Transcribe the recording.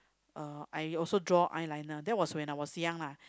uh I also draw eyeliner that was when I was young lah